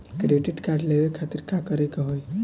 Credit card लेवे खातिर का करे के होई?